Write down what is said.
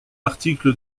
article